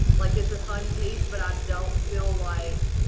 like, it's a fun piece but i don't feel like